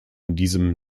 diesem